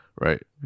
Right